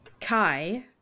Kai